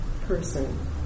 person